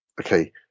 okay